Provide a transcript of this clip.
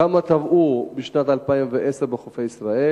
1. כמה אנשים טבעו בשנת 2010 בחופי ישראל?